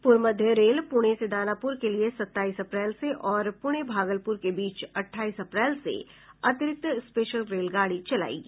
पूर्व मध्य रेल पूणे से दानापुर के लिए सत्ताईस अप्रैल से और पूणे भागलपुर के बीच अट्ठाईस अप्रैल से अतिरिक्त स्पेशल रेलगाड़ी चलायी जायेगी